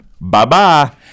Bye-bye